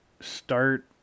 start